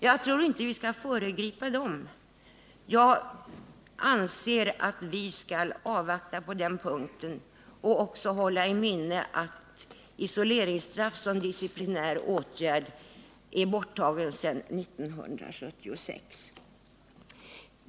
Jag tror inte att vi bör föregripa de utredningarnas resultat, utan jag anser att vi skall avvakta på den punkten och också hålla i minnet att isoleringsstraffet är borttaget som disciplinär åtgärd sedan 1976.